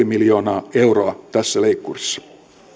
miljoonaa euroa tässä leikkurissa